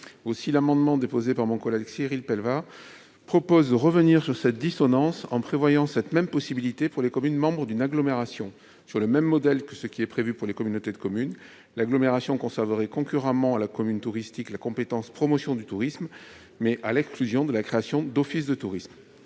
présent amendement, proposé par Cyril Pellevat, vise à revenir sur cette dissonance en prévoyant cette même possibilité pour les communes membres d'une agglomération, sur le modèle prévu pour les communautés de communes. L'agglomération conserverait concurremment à la commune touristique la compétence « promotion du tourisme », mais à l'exclusion de la création d'offices de tourisme.